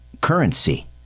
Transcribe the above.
currency